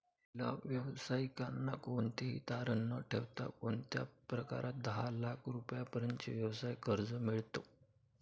महिला व्यावसायिकांना कोणतेही तारण न ठेवता कोणत्या प्रकारात दहा लाख रुपयांपर्यंतचे व्यवसाय कर्ज मिळतो?